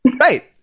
Right